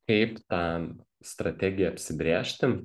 kaip tą strategiją apsibrėžti